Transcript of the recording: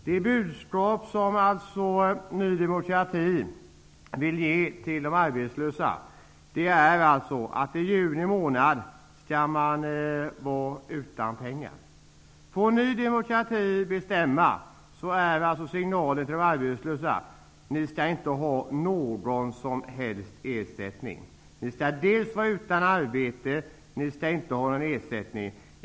Det budskap som Ny demokrati vill ge de arbetslösa är alltså att man i juni månad skall vara utan pengar. Om Ny demokrati får bestämma, är signalen till de arbetslösa att de inte skall ha någon som helst ersättning. De skall vara utan arbete och de skall inte ha någon ersättning.